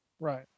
Right